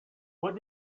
what